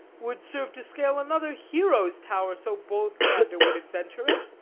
would serve to scale another hero's tow'r, so bold leander would adventure it.